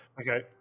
okay